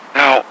now